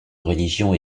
religion